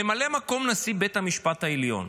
ממלא מקום נשיא בית המשפט העליון,